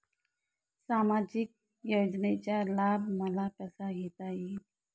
सामाजिक योजनेचा लाभ मला कसा घेता येईल?